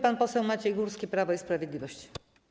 Pan poseł Maciej Górski, Prawo i Sprawiedliwość.